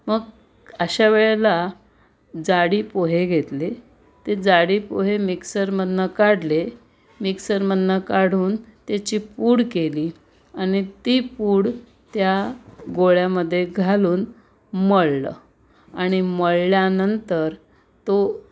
मग अशा वेळेला जाडी पोहे घेतले ते जाडी पोहे मिक्सरमधनं काढले मिक्सरमधनं काढून त्याची पूड केली आणि ती पूड त्या गोळ्यामध्ये घालून मळलं आणि मळल्यानंतर तो